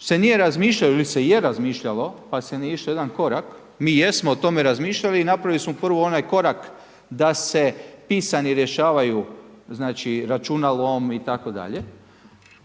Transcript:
se nije razmišljalo ili se je razmišljalo pa se nije išlo na jedan korak, mi jesmo o tome razmišljali i napravili smo prvo onaj korak da se pisani rješavaju znači računalom itd.,